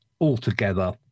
altogether